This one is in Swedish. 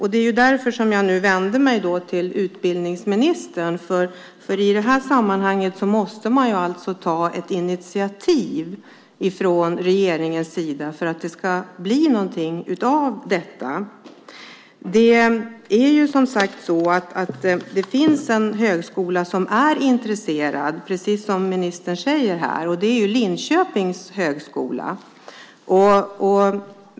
Det är därför som jag vänder mig till utbildningsministern. I det här sammanhanget måste man ta ett initiativ från regeringens sida för att det ska bli någonting utav detta. Det finns en högskola som är intresserad, och det är Linköpings högskola.